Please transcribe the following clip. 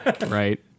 Right